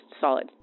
solid